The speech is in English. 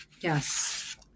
Yes